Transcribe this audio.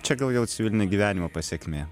čia gal jau civilinio gyvenimo pasekmė